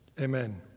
Amen